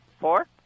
four